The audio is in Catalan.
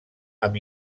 amb